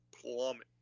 plummet